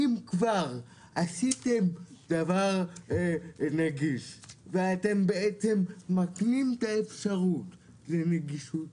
אם כבר עשיתם דבר נגיש ואתם בעצם מקנים אפשרות לנגישות,